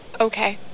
Okay